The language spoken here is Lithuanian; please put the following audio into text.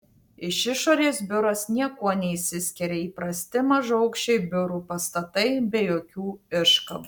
iš išorės biuras niekuo neišsiskiria įprasti mažaaukščiai biurų pastatai be jokių iškabų